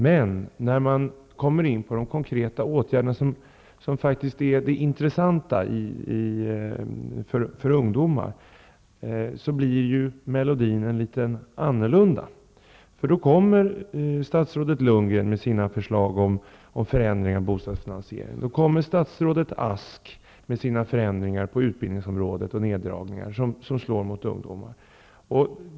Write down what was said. Om man däremot kommer in på de konkreta åtgärderna, som faktiskt är det intressanta för ungdomar, blir melodin något annorlunda. Då kommer nämligen statsrådet Bo Lundgren med sina förslag till förändringar i bostadsfinansieringen, och då kommer statsrådet Beatrice Ask med sina förslag till förändringar och neddragningar på utbildningsområdet, som slår mot ungdomar.